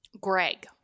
Greg